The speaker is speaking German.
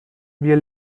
wir